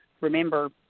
remember